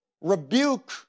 rebuke